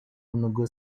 menunggu